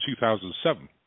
2007